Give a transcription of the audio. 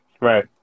right